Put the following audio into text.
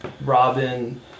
Robin